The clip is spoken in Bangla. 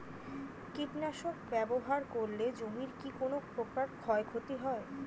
কীটনাশক ব্যাবহার করলে জমির কী কোন প্রকার ক্ষয় ক্ষতি হয়?